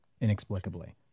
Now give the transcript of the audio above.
inexplicably